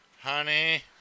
honey